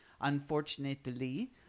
Unfortunately